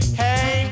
hey